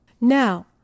Now